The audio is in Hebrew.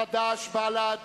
חד"ש ובל"ד